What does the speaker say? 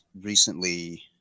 recently